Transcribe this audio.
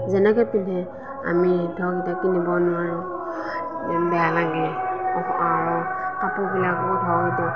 যেনেকৈ পিন্ধে আমি ধৰক কিনিব নোৱাৰো বেয়া লাগে কাপোৰবিলাকো ধৰক এতিয়া